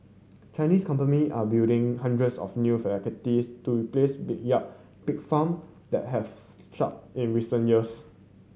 Chinese company are building hundreds of new facilities to replace backyard pig farm that have shut in recent years